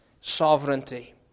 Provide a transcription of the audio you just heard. sovereignty